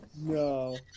No